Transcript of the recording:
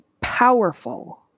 powerful